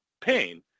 pain